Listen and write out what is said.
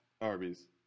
Arby's